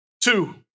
Two